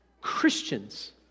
Christians